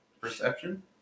Perception